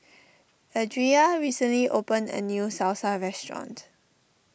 Adria recently opened a new Salsa restaurant